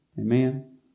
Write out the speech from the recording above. Amen